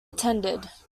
attended